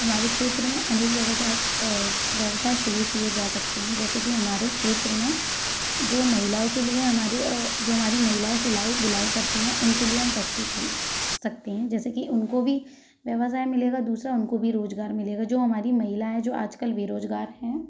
हमारे क्षत्र में अनेक व्यवसाय व्यवसाय शुरू किए जा सकते हैं जैसे कि हमारे क्षेत्र में जो महिलाओं के लिए हमारे जो हमारी महिलाएँ सिलाई बुनाई करती हैं उनके लिए हम फैक्ट्री खोल सकते हैं जैसे कि उनको भी व्यवसाय मिलेगा दूसरा उनको भी रोजगार मिलेगा जो हमारी महिला हैं जो आजकल बेरोजगार हैं